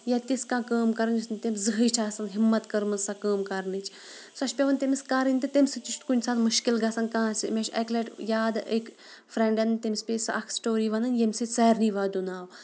یا تِژھ کانٛہہ کٲم کَرٕنۍ یُس نہٕ تٔمۍ زٔہٕنۍ چھِ آسان ہِمت کٔرمٕژ سۄ کٲم کَرنٕچ سۄ چھِ پٮ۪وان تٔمِس کَرٕنۍ تہٕ تمہِ سۭتۍ تہِ چھُ کُنہِ ساتہٕ مُشکل گژھان کانٛسہِ مےٚ چھِ اَکہِ لَٹہِ یاد أکۍ فرٛینڈَن تٔمِس پیٚیہِ سۄ اَکھ سٹوری وَنٕنۍ ییٚمہِ سۭتۍ سارنٕے وَدُن آو